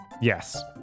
Yes